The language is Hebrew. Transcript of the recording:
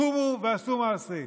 קומו ועשו מעשה.